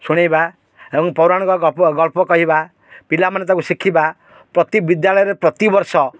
ଶୁଣେଇବା ଏବଂ ପୌରାଣିକ ଗଳ ଗଳ୍ପ କହିବା ପିଲାମାନେ ତାକୁ ଶିଖିବା ପ୍ରତି ବିଦ୍ୟାଳୟରେ ପ୍ରତିବର୍ଷ